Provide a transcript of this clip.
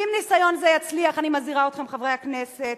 אם ניסיון זה יצליח, אני מזהירה אתכם, חברי הכנסת,